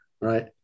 right